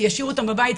כי ישאירו אותם בבית,